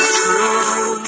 true